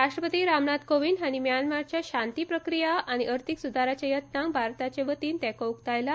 राष्ट्रपती रामनाथ कोविंद म्यानमाराच्या शांती प्रक्रिया आनी अर्थीक सुदाराच्या यत्नांक भारताचे वतीन तेंको उकतायला